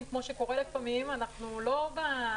כמו שקורה לפעמים אנחנו לא בספירה.